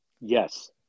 Yes